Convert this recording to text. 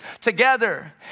together